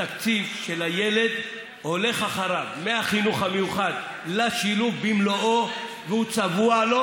התקציב של הילד הולך אחריו מהחינוך המיוחד לשילוב במלואו והוא צבוע לו,